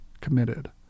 committed